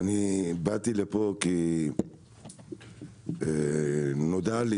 אני באתי לפה כי נודע לי